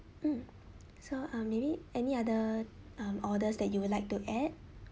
mm so uh maybe any other um orders that you would like to add